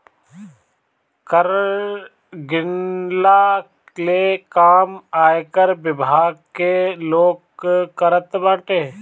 कर गिनला ले काम आयकर विभाग के लोग करत बाटे